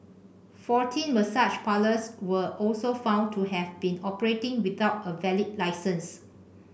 fourteen massage parlours were also found to have been operating without a valid licence